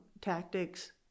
tactics